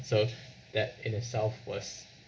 so that in itself was